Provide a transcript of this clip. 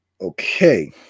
Okay